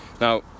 Now